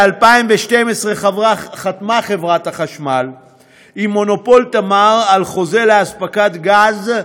ב-2012 חתמה חברת החשמל עם מונופול "תמר" על חוזה לאספקת גז,